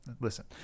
Listen